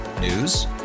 News